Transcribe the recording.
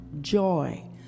joy